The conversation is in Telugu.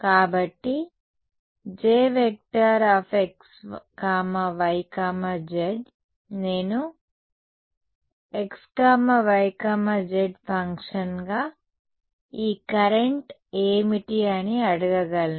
కాబట్టి Jxyz నేను xyz ఫంక్షన్గా ఈ కరెంట్ ఏమిటి అని అడగగలను